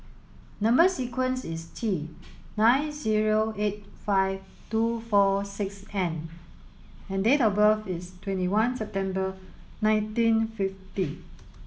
number sequence is T nine zero eight five two four six N and date of birth is twenty one September nineteen fifty